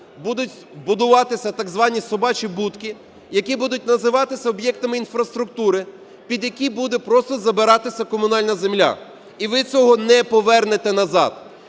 будуть будуватися так звані собачі будки, які будуть називатися об'єктами інфраструктури, під які буде просто забиратися комунальна земля, і ви цього не повернете назад.